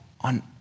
on